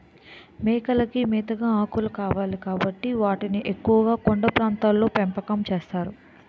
మేకలకి మేతగా ఆకులు కావాలి కాబట్టి వాటిని ఎక్కువుగా కొండ ప్రాంతాల్లో పెంపకం చేస్తారు